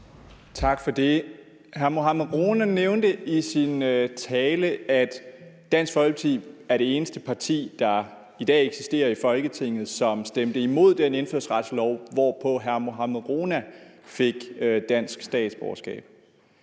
Tak for det. Hr. Mohammad Rona nævnte i sin tale, at Dansk Folkeparti er det eneste parti, der i dag eksisterer i Folketinget, og som stemte imod den indfødsretslov, hvorpå hr. Mohammad Rona fik dansk statsborgerskab.